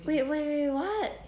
wait wait wait what